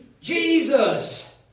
Jesus